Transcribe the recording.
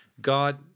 God